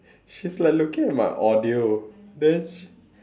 she's like looking at my audio then